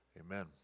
Amen